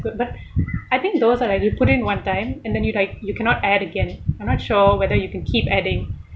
but I think those are like you put in one time and then you like you cannot add again I'm not sure whether you can keep adding